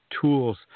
tools